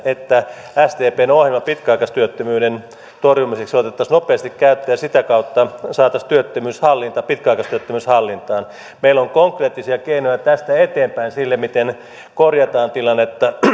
että sdpn ohjelma pitkäaikaistyöttömyyden torjumiseksi otettaisiin nopeasti käyttöön ja sitä kautta saataisiin pitkäaikaistyöttömyys hallintaan meillä on konkreettisia keinoja tästä eteenpäin sille miten korjataan tilannetta